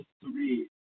three